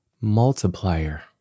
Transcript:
multiplier